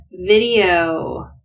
video